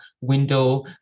window